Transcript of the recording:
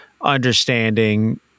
understanding